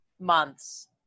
months